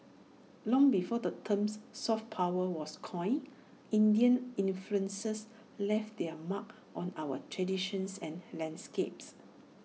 long before the terms soft power was coined Indian influences left their mark on our traditions and landscapes